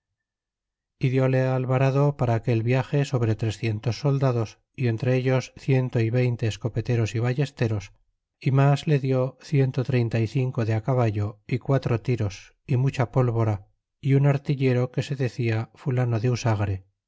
e dióle alalvarado para aquel viage sobre trescientos soldados y entre ellos ciento y veinte escopeteros y ballesteros y mas le dió ciento y treinta y cinco de caballo y quatro tiros y mucha pólvora y un artillero que se decia fulano de usagre